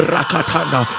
Rakatana